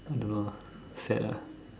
I don't know lah sad ah